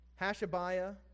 Hashabiah